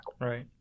right